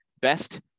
best